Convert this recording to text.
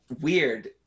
weird